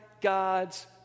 God's